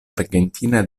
argentina